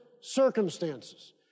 circumstances